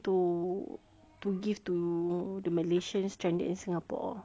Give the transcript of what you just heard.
to to give to the malaysians stranded in singapore